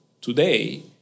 today